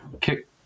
kick